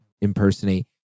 impersonate